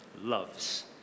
loves